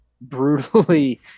brutally